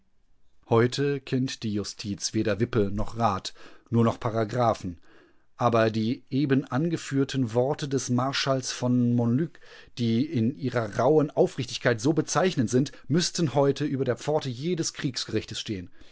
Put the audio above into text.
heute kennt die justiz weder wippe noch rad nur noch paragraphen aber die eben angeführten worte des marschalls von monluc die in ihrer rauhen aufrichtigkeit so bezeichnend sind müßten heute über der pforte jedes kriegsgerichtes stehen